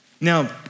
Now